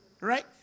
Right